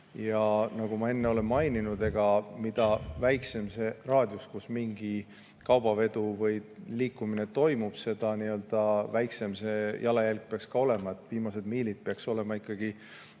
Nagu ma enne olen maininud, mida väiksem on see raadius, kus mingi kaubavedu või liikumine toimub, seda väiksem see jalajälg peaks ka olema. Viimased miilid peaks kaetama ikkagi